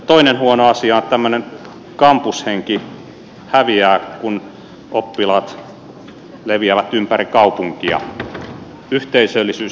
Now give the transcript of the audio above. toinen huono asia on että tämmöinen kampushenki häviää kun oppilaat leviävät ympäri kaupunkia yhteisöllisyys vähenee